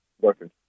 working